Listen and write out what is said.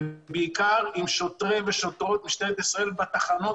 ובעיקר עם שוטרים ושוטרות משטרת ישראל ישראל בתחנות